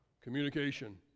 Communication